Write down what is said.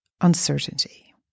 uncertainty